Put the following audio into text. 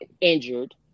injured